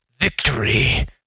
victory